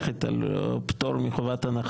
מתכבד לפתוח את הישיבה.